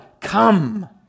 come